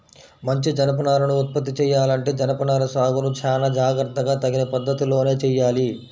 మంచి జనపనారను ఉత్పత్తి చెయ్యాలంటే జనపనార సాగును చానా జాగర్తగా తగిన పద్ధతిలోనే చెయ్యాలి